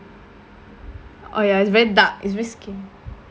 oh ya it's very dark it's very scar~